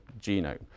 genome